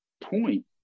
point